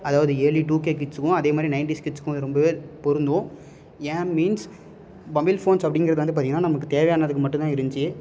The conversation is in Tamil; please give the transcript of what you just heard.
அதாவது இயர்லி டூகே கிட்ஸ்க்கும் அதே மாதிரி நயன்டிஸ் கிட்ஸ்க்கும் இது ரொம்பவே பொருந்தும் ஏன் மீன்ஸ் மொபைல் ஃபோன்ஸ் அப்படிங்கிறது வந்து பார்த்தீங்கன்னா நமக்கு தேவையானதுக்கு மட்டும்தான் இருந்துச்சி